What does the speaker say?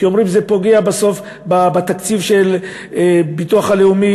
כי אומרים שזה פוגע בסוף בתקציב של הביטוח הלאומי,